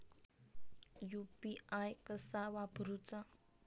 UPI कसा वापरूचा?